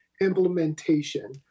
implementation